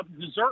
dessert